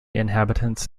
inhabitants